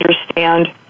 understand